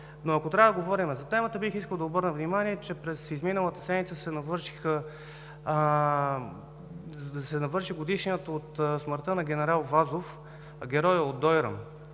Но ако трябва да говорим по темата, бих искал да обърна внимание, че през изминалата седмица се навърши годишнината от смъртта на генерал Вазов – герой от Дойран,